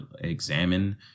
examine